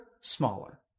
smaller